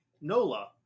Nola